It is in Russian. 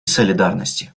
солидарности